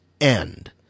end